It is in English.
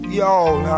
Y'all